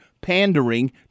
pandering